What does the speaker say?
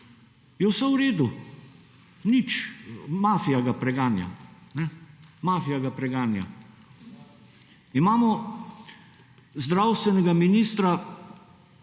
je vse v resu. Nič, mafija ga preganja. Mafija ga preganja. Imamo zdravstvenega ministra,